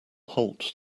halt